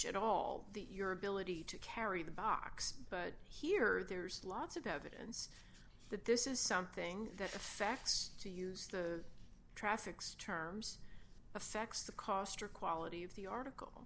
at all your ability to carry the box but here there is lots of evidence that this is something that affects to use the traffic's terms affects the cost or quality of the article